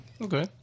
Okay